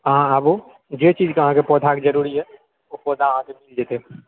अहाँ आबू जे चीजके अहाँके पौधाके जरुरी यऽ ओ पौधा अहाँके मिल जेतय